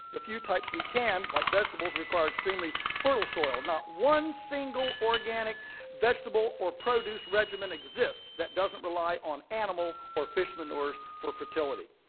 the few types we can, like vegetables, require extremely fertile soil. not one single organic vegetable or produce regimen exists that doesn't rely on animal or fish manures for fertility.